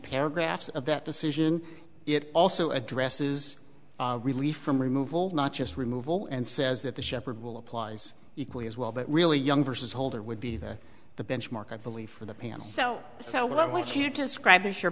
paragraphs of that decision it also addresses relief from removal not just removal and says that the shepherd will applies equally as well but really young versus holder would be that the benchmark i believe for the panel so so what i want to hear describe is your